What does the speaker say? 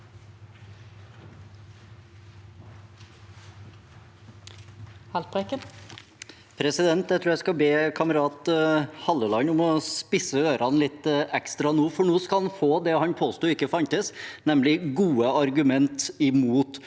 Jeg tror jeg skal be kamerat Halleland om å spisse ørene litt ekstra nå, for nå skal han få det han påsto ikke fantes, nemlig gode argumenter mot